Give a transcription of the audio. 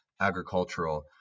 agricultural